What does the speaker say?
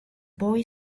boy